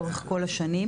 לאורך כל השנים.